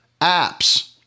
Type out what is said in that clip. apps